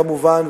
כמובן,